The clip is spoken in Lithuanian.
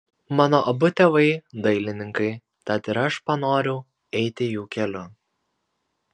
mano abu tėvai dailininkai tad ir aš panorau eiti jų keliu